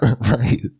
right